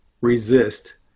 resist